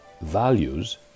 values